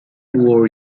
wore